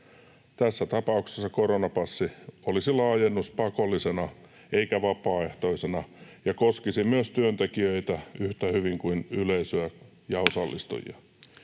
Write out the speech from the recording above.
Tässä tapauksessa koronapassi olisi laajennus pakollisena eikä vapaaehtoisena ja koskisi myös työntekijöitä yhtä hyvin kuin yleisöä ja osallistujia.